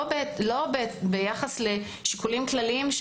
לא ביחס לשיקולים כלליים.